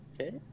Okay